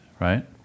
right